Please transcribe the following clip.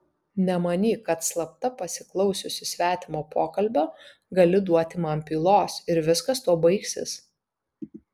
nemanyk kad slapta pasiklausiusi svetimo pokalbio gali duoti man pylos ir viskas tuo baigsis